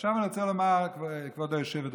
עכשיו אני רוצה לומר, כבוד היושבת-ראש,